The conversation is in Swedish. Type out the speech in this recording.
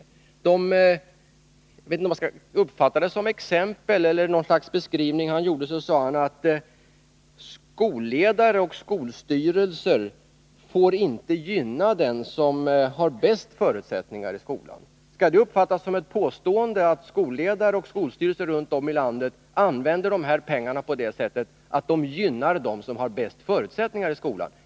I den beskrivning han gjorde — jag vet inte om det skall uppfattas som exempel — sade han att skolledare och skolstyrelser får inte gynna den som har bäst förutsättningar i skolan. Skall det uppfattas som ett påstående, att skolledare och skolstyrelser runt om i landet använder pengarna på det sättet att det gynnar dem som har bäst förutsättningar i skolan?